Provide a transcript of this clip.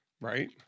Right